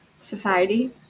society